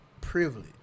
privilege